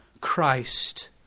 Christ